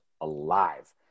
alive